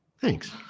Thanks